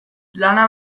lana